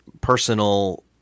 personal